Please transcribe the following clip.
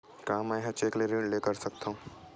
का मैं ह चेक ले ऋण कर सकथव?